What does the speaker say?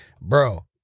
bro